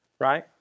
Right